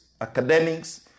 academics